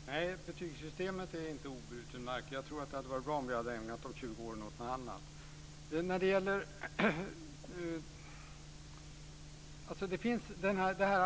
Fru talman! Nej, betygssystemet är inte obruten mark. Jag tror att det hade varit bra om vi hade ägnat de 20 åren åt någonting annat.